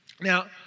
now